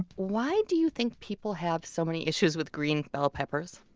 why do you think people have so many issues with green bell peppers?